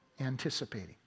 anticipating